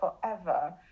forever